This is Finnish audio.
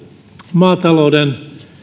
maatalouden